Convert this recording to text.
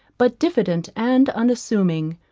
but diffident and unassuming.